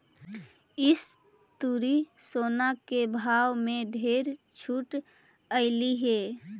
इस तुरी सोना के भाव में ढेर छूट अएलई हे